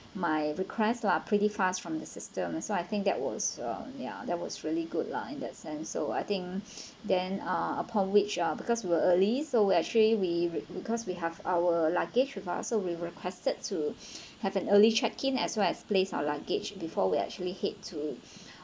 my request lah pretty fast from the system so I think that was mm ya that was really good lah in that sense so I think then uh upon reached ah because we're early so we actually we because we have our luggage with us so we requested to have an early check in as well as place our luggage before we actually head to